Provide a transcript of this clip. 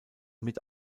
mit